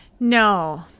No